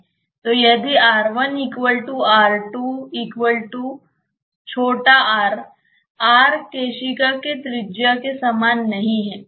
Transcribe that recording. तो यदि r केशिका के त्रिज्या के समान नहीं है